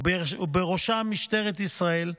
ובראשם משטרת ישראל,